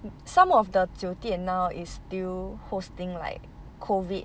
some of the 酒店 now is still hosting like COVID